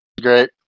great